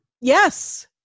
Yes